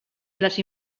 les